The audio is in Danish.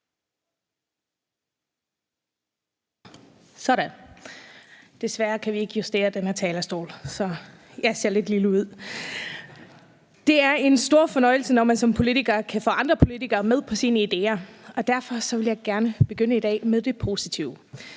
(LA): Desværre kan vi ikke justere den her talerstol, så jeg ser lidt lille ud. Det er en stor fornøjelse, når man som politiker kan få andre politikere med på sine idéer, og derfor vil jeg gerne begynde i dag med det positive.